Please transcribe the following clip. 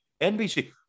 NBC